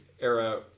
era